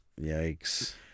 Yikes